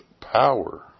power